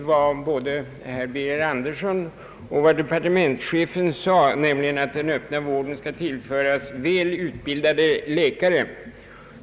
Både herr Birger Andersson och departementschefen har sagt att den öppna vården skall tillföras väl utbildade läkare.